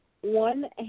One